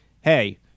Hey